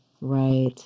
Right